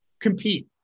compete